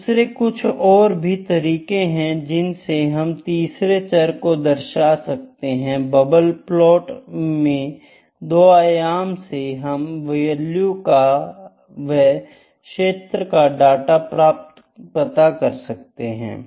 दूसरे कुछ और भी तरीके हैं जिनसे हम तीसरे चर को दर्शा सकते हैं बबल प्लॉट मे 2 आयामों से हम वैल्यू व क्षेत्र का डाटा पता कर सकते हैं